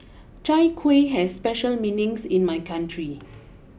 Chai Kueh has special meanings in my country